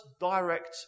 direct